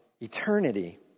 eternity